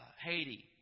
Haiti